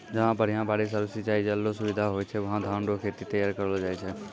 जहां बढ़िया बारिश आरू सिंचाई जल रो सुविधा होय छै वहां धान रो खेत तैयार करलो जाय छै